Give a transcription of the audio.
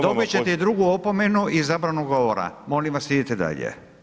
Dobit ćete i drugu opomenu i zabranu govora, molim vas idite dalje.